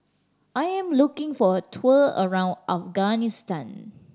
I am looking for a tour around Afghanistan